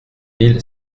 mille